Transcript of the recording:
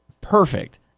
Perfect